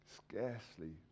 scarcely